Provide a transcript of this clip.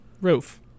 Roof